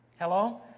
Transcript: Hello